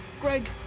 Greg